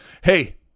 hey